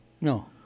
No